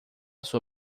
sua